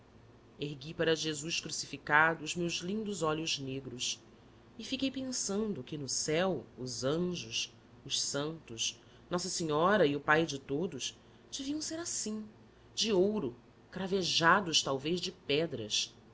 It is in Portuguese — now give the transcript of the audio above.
ergui para jesus crucificado os meus lindos olhos negros e fiquei pensando que no céu os anjos os santos nossa senhora e o pai de todos deviam ser assim de ouro cravejados talvez de pedras